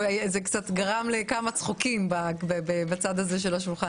זה קצת גרם לכמה צחוקים בצד הזה של השולחן.